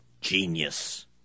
Genius